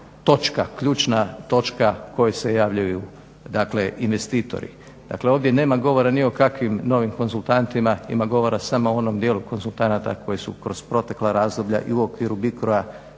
točka, ključna točna koje se javljaju investitori. Dakle ovdje nema govora ni o kakvim novim konzultantima, ima govora samo o onom dijelu konzultanata koji su kroz protekla razdoblja i u okviru BICRO-a